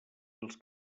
els